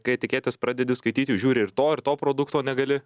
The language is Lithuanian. kai etiketes pradedi skaityt jau žiūri ir to ir to produkto negali